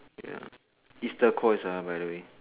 ya is turquoise by the way